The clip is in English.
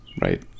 Right